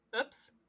Oops